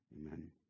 Amen